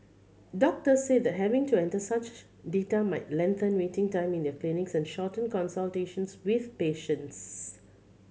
doctors said that having to enter such data might lengthen waiting time in their clinics and shorten consultations with patients